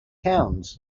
towns